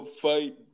fight